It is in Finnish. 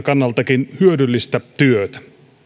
kannalta hyödyllistä työtä